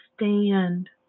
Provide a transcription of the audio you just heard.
stand